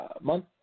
month